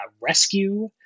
rescue